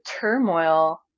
turmoil